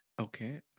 Okay